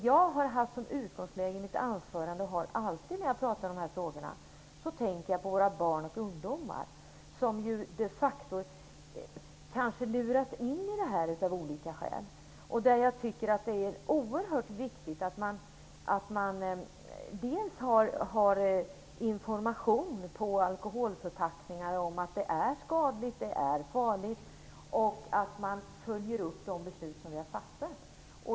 Jag har haft som utgångspunkt i mitt anförande - jag brukar alltid ha det när jag pratar i de här frågorna - våra barn och ungdomar, som de facto kanske luras in i det här av olika skäl. Jag tycker att det är oerhört viktigt att det finns information på alkoholförpackningar om att det är skadligt och farligt, och man måste följa upp de beslut som har fattats.